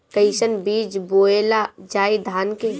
कईसन बीज बोअल जाई धान के?